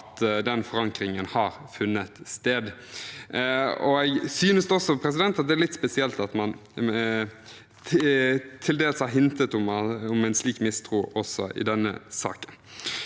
at den forankringen har funnet sted. Jeg synes også at det er litt spesielt at man til dels har hintet om en slik mistro i denne saken.